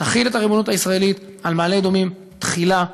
תחיל את הריבונות הישראלית על מעלה-אדומים תחילה.